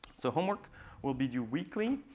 so homework will be due weekly.